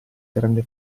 grande